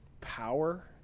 power